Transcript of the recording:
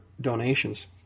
donations